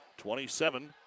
27